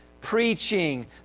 preaching